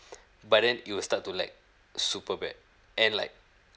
but then it will start to lag super bad and like